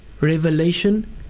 revelation